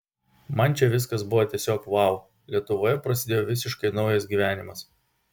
man čia viskas buvo tiesiog vau lietuvoje prasidėjo visiškai naujas gyvenimas